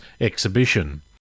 Exhibition